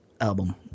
album